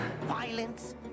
violence